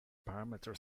parameter